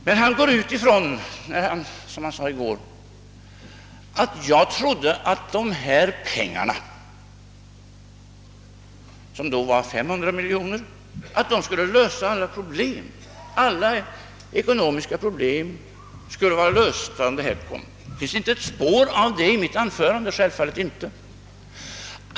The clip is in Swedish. Enligt vad herr Ohlin sade i går skulle min utgångspunkt har varit att jag trodde att de pengar som tillförs banken — det gällde då 500 miljoner kronor — skulle lösa alla ekonomiska problem. Det fanns självfallet inte ett spår av en sådan uppfattning i mitt anförande.